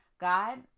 God